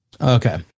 Okay